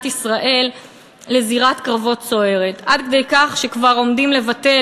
ישראל לזירת קרבות סוערת עד כדי כך שעומדים לבטל,